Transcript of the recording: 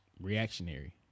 reactionary